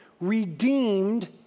redeemed